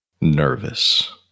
nervous